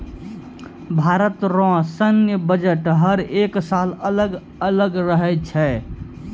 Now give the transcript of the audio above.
भारत रो सैन्य बजट हर एक साल अलग अलग रहै छै